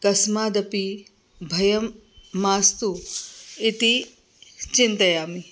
कस्मादपि भयं मास्तु इति चिन्तयामि